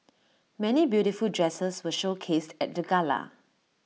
many beautiful dresses were showcased at the gala